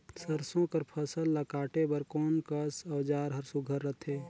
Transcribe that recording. सरसो कर फसल ला काटे बर कोन कस औजार हर सुघ्घर रथे?